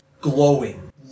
glowing